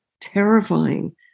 terrifying